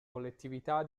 collettività